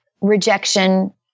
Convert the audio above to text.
rejection